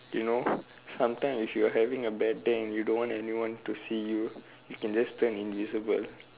you know sometime if you're having a bad day and you don't want anyone to see you you can just turn invisible